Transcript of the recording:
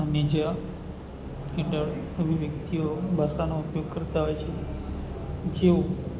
અને જ ઇન્ટર એવી વ્યક્તિઓ ભાષાનો ઉપયોગ કરતાં હોય છે જેઓ